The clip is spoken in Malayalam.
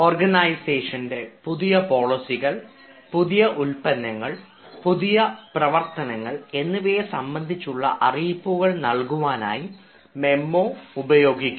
ഓർഗനൈസേഷൻറെ പുതിയ പോളിസികൾ പുതിയ ഉൽപ്പന്നങ്ങൾ പുതിയ പ്രവർത്തനങ്ങൾ എന്നിവയെ സംബന്ധിച്ചുള്ള അറിയിപ്പുകൾ നൽകുവാനായി മെമ്മോ ഉപയോഗിക്കുന്നു